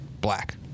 Black